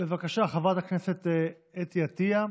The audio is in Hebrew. בבקשה, חברת הכנסת אתי עטייה.